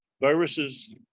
viruses